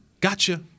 gotcha